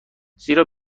زیرا